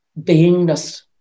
beingness